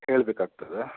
ಕೇಳಬೇಕಾಗ್ತದಾ